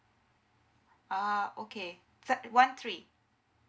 ah okay thir~ one three